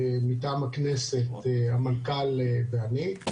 מטעם הכנסת המנכ"ל ואני,